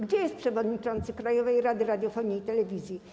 Gdzie jest przewodniczący Krajowej Rady Radiofonii i Telewizji?